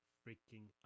freaking